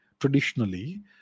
traditionally